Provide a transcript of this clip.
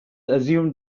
assumed